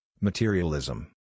materialism